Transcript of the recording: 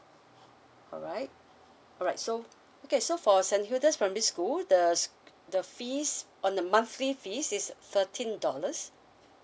all right all right so okay so for sanyudas from this school the the fees on a monthly fees is thirteen dollars